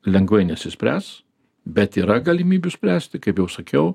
lengvai nesispręs bet yra galimybių spręsti kaip jau sakiau